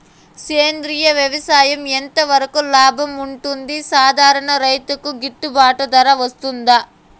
సేంద్రియ వ్యవసాయం ఎంత వరకు లాభంగా ఉంటుంది, సాధారణ రైతుకు గిట్టుబాటు ధర వస్తుందా?